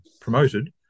promoted